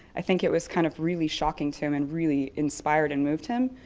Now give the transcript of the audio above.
i think it was kind of really shocking to him and really inspired and moved him,